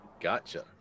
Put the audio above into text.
Gotcha